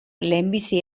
lehenbizi